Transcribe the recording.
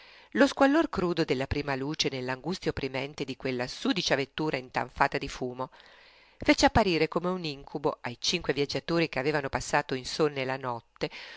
piedi lo squallor crudo della prima luce nell'angustia opprimente di quella sudicia vettura intanfata di fumo fece apparire come un incubo ai cinque viaggiatori che avevano passato insonne la notte